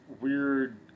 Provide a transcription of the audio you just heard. weird